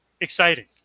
exciting